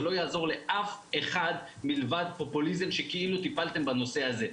זה לא יעזור לאף אחד מלבד פופוליזם שכאילו טיפלתם בנושא הזה.